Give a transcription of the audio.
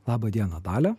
laba diena dalia